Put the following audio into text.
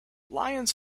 lions